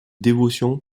dévotions